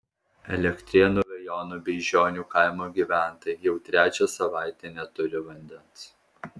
elektrėnų rajono beižionių kaimo gyventojai jau trečią savaitę neturi vandens